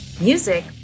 Music